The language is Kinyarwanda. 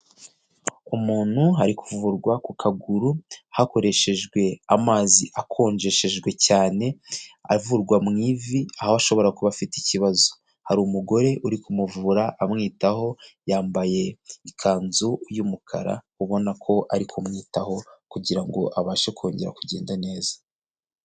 Umuntu ari kuvurwa ku kaguru hakoreshejwe amazi akonjeshejwe cyane avurwa mu ivi aho ashobora kuba afite ikibazo. Hari umugore uri kumuvura amwitaho yambaye ikanzu y'umukara ubona ko ari kumwitaho kugira ngo abashe kongera kugenda neza.